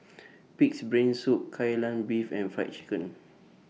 Pig'S Brain Soup Kai Lan Beef and Fried Chicken